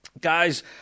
Guys